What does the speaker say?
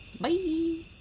Bye